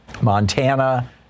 Montana